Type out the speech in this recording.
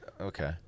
okay